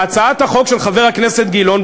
בהצעת החוק של חבר הכנסת גילאון,